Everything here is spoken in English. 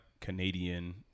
canadian